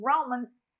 Romans